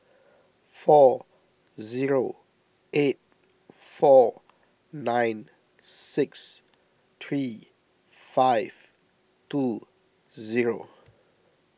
four zero eight four nine six three five two zero